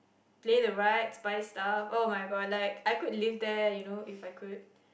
Play the rides buy stuff [oh]-my-god like I could live there you know If I could